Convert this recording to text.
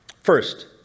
First